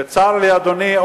וצר לי, אדוני,